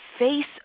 Face